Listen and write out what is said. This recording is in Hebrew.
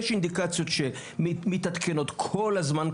יש אינדיקציות שמתעדכנות כל הזמן,